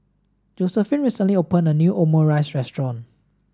Josephine recently opened a new Omurice restaurant